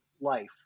life